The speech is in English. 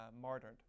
martyred